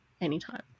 anytime